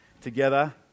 together